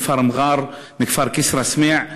מהכפר מע'אר ומהכפר כסרא-סמיע.